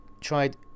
tried